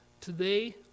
today